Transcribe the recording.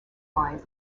line